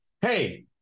Hey